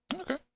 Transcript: Okay